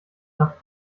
nach